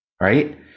right